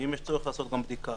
ואם יש צורך לעשות בדיקה.